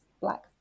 Black